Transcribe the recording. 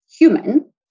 human